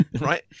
Right